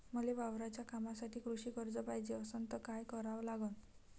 मले वावराच्या कामासाठी कृषी कर्ज पायजे असनं त काय कराव लागन?